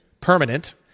permanent